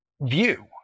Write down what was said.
view